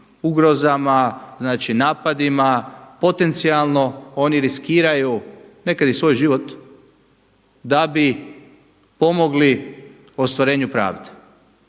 ugrozama, znači napadima, potencijalno oni riskiraju nekad i svoj život da bi pomogli ostvarenju pravde.